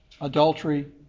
adultery